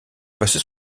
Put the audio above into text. passé